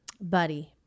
Buddy